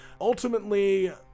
ultimately